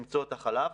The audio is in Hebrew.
למצוא את החלב.